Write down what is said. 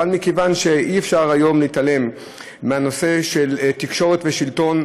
אבל מכיוון שאי-אפשר היום להתעלם מהנושא של תקשורת ושלטון,